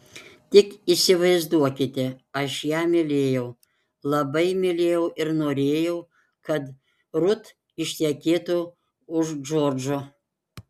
tik įsivaizduokite aš ją mylėjau labai mylėjau ir norėjau kad rut ištekėtų už džordžo